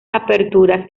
aperturas